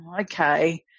okay